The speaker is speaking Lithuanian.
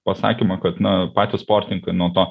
pasakymą kad na patys sportininkai nuo to